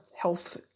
health